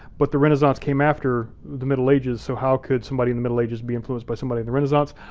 but the renaissance came after the middle ages, so how could somebody in the middle ages be influenced by somebody in the renaissance?